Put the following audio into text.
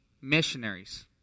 missionaries